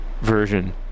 version